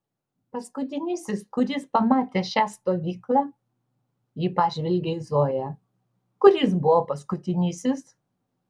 paskutinysis kuris pamatė šią stovyklą ji pažvelgė į zoją kuris buvo paskutinysis